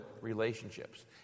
relationships